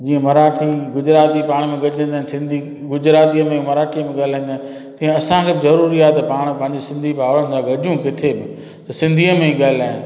जीअं मराठी गुजराती पाण में गॾिजंदा आहिनि सिंधी गुजरातीअ में मराठीअ में ॻाल्हाईंदा आहिनि तीअं असांखे बि ज़रूरी आहे की पाणि पंहिंजे सिंधी भावरनि सां गॾिजूं किथे बि त सिंधीअ में ई ॻाल्हायूं